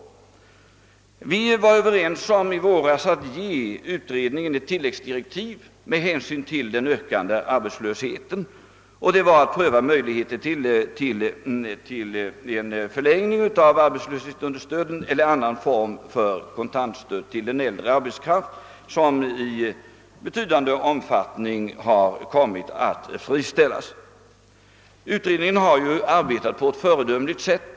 Med hänsyn till den ökande arbetslösheten var vi i våras överens om att ge utredningen tilläggsdirektiv om att den skulle pröva möjligheten till en förlängning av arbetslöshetsunderstödet eller annan form av kontantunderstöd till den äldre arbetskraft, som i betydande omfattning kommit att friställas. Utredningen har arbetat på ett föredömligt sätt.